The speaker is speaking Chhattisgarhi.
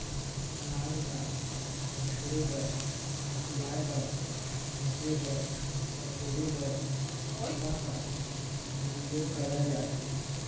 अनाज ल पछुरे बर, उड़वाए बर, धुके बर, सकेले बर सूपा का उपियोग करल जाथे